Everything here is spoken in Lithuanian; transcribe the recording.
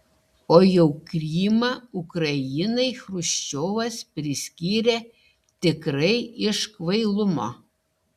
o jau krymą ukrainai chruščiovas priskyrė tikrai iš kvailumo